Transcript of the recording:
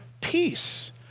Peace